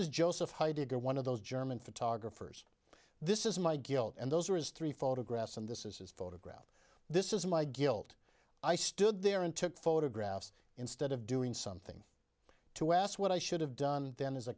is joseph heidegger one of those german photographers this is my guilt and those are his three photographs and this is his photograph this is my guilt i stood there and took photographs instead of doing something to ask what i should have done then is a